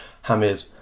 Hamid